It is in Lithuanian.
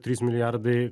trys milijardai